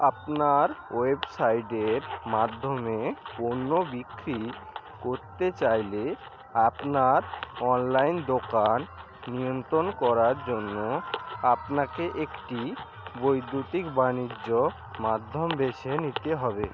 আপনার ওয়েবসাইটের মাধ্যমে পণ্য বিক্রি করতে চাইলে আপনার অনলাইন দোকান নিয়ন্ত্রণ করার জন্য আপনাকে একটি বৈদ্যুতিক বাণিজ্য মাধ্যম বেছে নিতে হবে